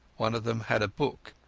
one of them had a book,